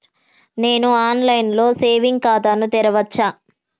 నేను online లో saving ఖాతా ను తెరవచ్చా?